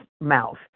mouth